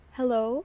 Hello